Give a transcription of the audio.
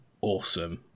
awesome